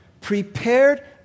prepared